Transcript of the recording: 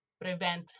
prevent